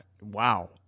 wow